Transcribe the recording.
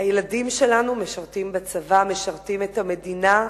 הילדים שלנו משרתים בצבא, משרתים את המדינה,